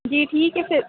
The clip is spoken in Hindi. जी ठीक है फिर